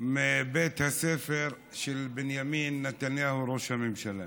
מבית הספר של בנימין נתניהו, ראש הממשלה.